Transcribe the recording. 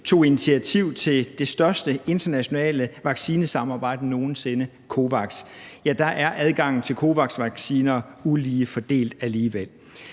tog initiativ til det største internationale vaccinesamarbejde nogen sinde, COVAX, er adgangen til COVAX-vacciner alligevel ulige